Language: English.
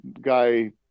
guy